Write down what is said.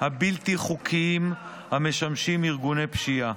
הבלתי-חוקיים המשמשים ארגוני פשיעה.